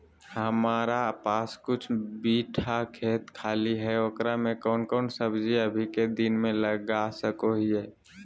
हमारा पास कुछ बिठा खेत खाली है ओकरा में कौन कौन सब्जी अभी के दिन में लगा सको हियय?